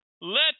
let